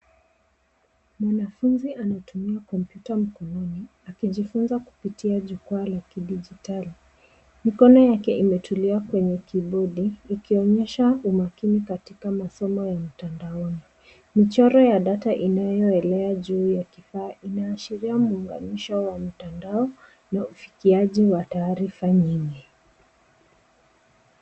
Mwanafunzi anatumia kompyuta mkononi akijifunza kupitia jukwaa la kidijitali. Mkono yake imetulia kwenye kibodi ikionyesha umakini katika masomo ya mtandaoni. Mchoro ya data inayoelea juu ya kifaa inaashiria muunganisho wa mtandao na ufikiaji wa taarifa nyingi.